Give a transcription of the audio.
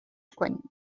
کنیم